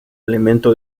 elemento